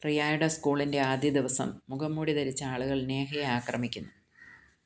റിയയുടെ സ്കൂളിന്റെ ആദ്യ ദിവസം മുഖംമൂടി ധരിച്ച ആളുകൾ നേഹയെ ആക്രമിക്കുന്നു